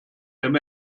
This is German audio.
dem